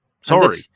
Sorry